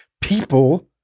people